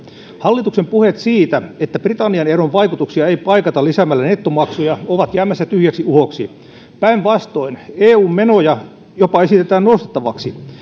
hallituksen puheet siitä että britannian eron vaikutuksia ei paikata lisäämällä nettomaksuja ovat jäämässä tyhjäksi uhoksi päinvastoin eun menoja jopa esitetään nostettavaksi